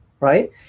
Right